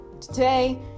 today